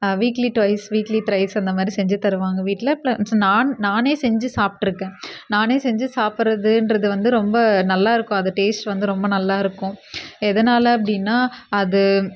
weekly twice weekly thrice அந்த மாதிரி செஞ்சு தருவாங்க வீட்டில் ப்ளஸ் நான் நானே செஞ்சு சாப்பிட்ருக்கேன் நானே செஞ்சு சாப்பிட்றதுன்றது வந்து ரொம்ப நல்லா இருக்கும் அந்த டேஸ்ட் வந்து ரொம்ப நல்லா இருக்கும் எதனால் அப்படினா அது